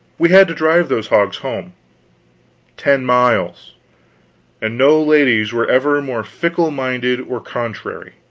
we had to drive those hogs home ten miles and no ladies were ever more fickle-minded or contrary.